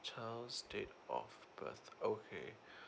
child state of birth okay